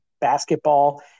basketball